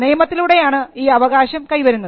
നിയമത്തിലൂടെയാണ് ഈ അവകാശം കൈവരുന്നത്